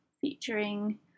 featuring